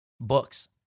books